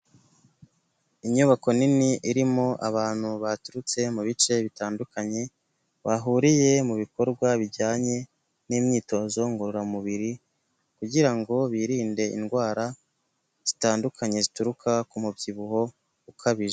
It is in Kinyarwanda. Inyubako nini irimo abantu baturutse mu bice bitandukanye bahuriye mu bikorwa bijyanye n'imyitozo ngororamubiri kugira ngo birinde indwara zitandukanye zituruka ku mubyibuho ukabije.